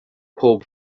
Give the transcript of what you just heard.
pob